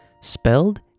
spelled